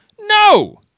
No